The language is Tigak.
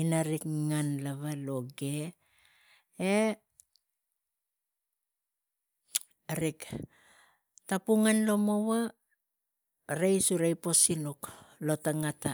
inarik ngen loge e rik ta pungan lomoua reis ura rik po sinuk lo tang ngata.